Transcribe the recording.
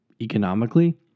Economically